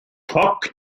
toc